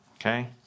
Okay